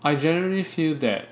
I generally feel that